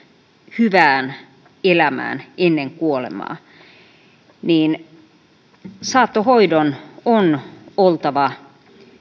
hyvään elämään ennen kuolemaa saattohoidon on oltava